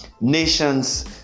nations